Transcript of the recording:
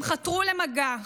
הם חתרו למגע,